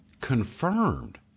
confirmed